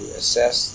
assess